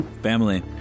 Family